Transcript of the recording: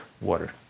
water